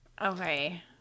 Okay